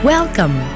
Welcome